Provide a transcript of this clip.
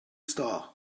star